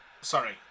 Sorry